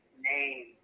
name